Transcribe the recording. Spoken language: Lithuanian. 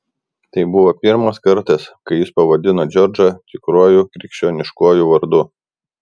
tai buvo pirmas kartas kai jis pavadino džordžą tikruoju krikščioniškuoju vardu